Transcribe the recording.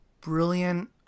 brilliant